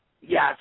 Yes